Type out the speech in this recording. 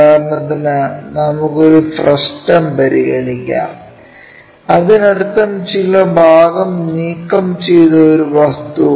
ഉദാഹരണത്തിന് നമുക്ക് ഒരു ഫ്രസ്റ്റം പരിഗണിക്കാം അതിനർത്ഥം ചില ഭാഗം നീക്കം ചെയ്ത ഒരു വസ്തു